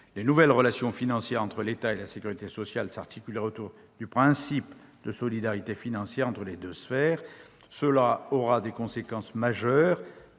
les nouvelles relations financières entre l'État et la sécurité sociale s'articuleraient autour du principe de solidarité financière entre les deux sphères. Cela aurait deux conséquences majeures.